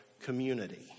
community